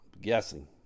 guessing